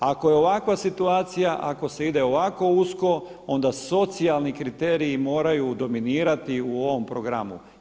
Ako je ovakva situacija, ako se ide ovako usko onda socijalni kriteriji moraju dominirati u ovom programu.